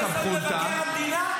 חוק-יסוד: מבקר המדינה?